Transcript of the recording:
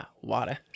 water